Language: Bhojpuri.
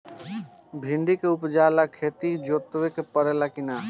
भिंदी के उपजाव ला खेत के जोतावे के परी कि ना?